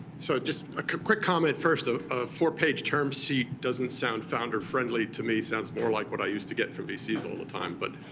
so just a quick comment first, a four-page term sheet doesn't sound founder-friendly to me. it sounds more like what i used to get from vcs all the time. but